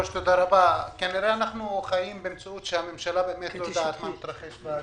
כנראה שאנחנו חיים במציאות שבה הממשלה לא יודעת מה מתרחש בשטח,